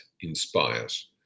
inspires